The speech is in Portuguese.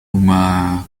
uma